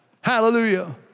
Hallelujah